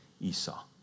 Esau